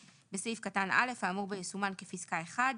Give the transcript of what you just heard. (ב) בסעיף קטן (א) - (1) האמור בו יסומן כפסקה "(1)",